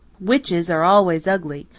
witches are always ugly,